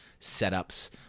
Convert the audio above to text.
setups